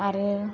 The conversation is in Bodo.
आरो